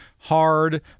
hard